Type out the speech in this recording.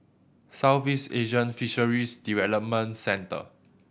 Southeast Asian Fisheries Development Centre